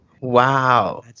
Wow